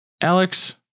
Alex